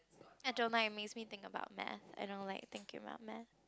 I don't like it makes me think about math I don't like thinking about math